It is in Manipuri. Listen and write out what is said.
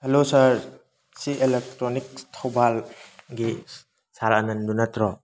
ꯍꯜꯂꯣ ꯁꯥꯔ ꯁꯤ ꯑꯦꯂꯦꯛꯇ꯭ꯔꯣꯅꯤꯛ ꯊꯧꯕꯥꯜꯒꯤ ꯁꯥꯔ ꯑꯅꯟꯗꯨ ꯅꯠꯇ꯭ꯔꯣ